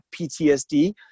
ptsd